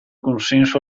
consenso